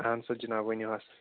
اَہن سا جِناب ؤنِو حظ